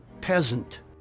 peasant